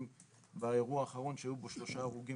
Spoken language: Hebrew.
אם באירוע האחרון שהיו בו שלושה הרוגים